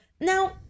Now